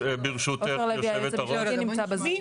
עופר לוי, היועץ המשפטי, נמצא בזום.